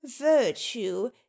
virtue